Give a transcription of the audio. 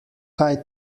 kaj